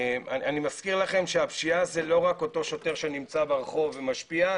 אני מזכיר לכם שהפשיעה זה לא רק אותו שוטר שנמצא ברחוב ומשפיע,